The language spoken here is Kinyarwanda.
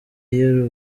iyo